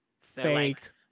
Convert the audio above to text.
Fake